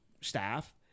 staff